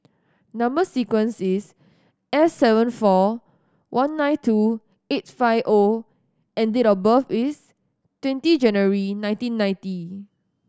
number sequence is S seven four one nine two eight five O and date of birth is twenty January nineteen ninety